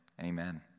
amen